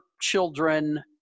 children